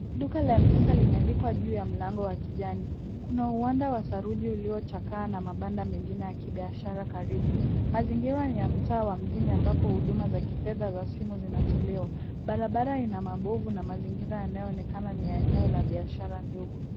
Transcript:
Duka la M-Pesa limeandikwa juu ya mlango wa kijani. Kuna uwanda wa saruji uliochakaa na mabanda mengine ya kibiashara karibu. Mazingira ni ya mtaa wa mjini ambapo huduma za kifedha za simu zinatolewa, barabara ina mabovu na mazingira yanayoonekana ni ya eneo la biashara ndogo.